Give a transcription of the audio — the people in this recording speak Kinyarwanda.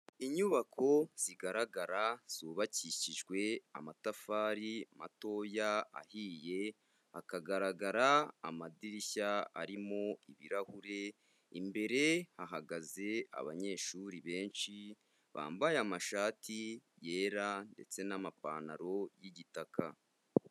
Inyubako zigaragara zubakishijwe amatafari matoya ahiye, hakagaragara amadirishya arimo ibirahure, imbere hahagaze abanyeshuri benshi bambaye amashati yera ndetse n'amapantaro y'igitaka.